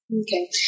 Okay